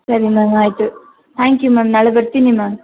ಸರಿ ಮ್ಯಾಮ್ ಆಯಿತು thank you ma'am ನಾಳೆ ಬರ್ತೀನಿ ಮ್ಯಾಮ್